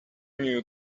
knew